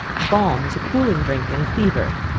balm is a cooling drink in a fever.